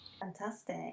fantastic